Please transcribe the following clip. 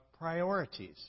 priorities